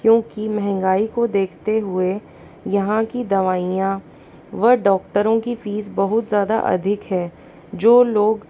क्योंकि महंगाई को देखते हुए यहाँ की दवाइयाँ व डॉक्टरों की फीस बहुत ज़्यादा अधिक है जो लोग